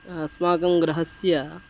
अस्माकं गृहस्य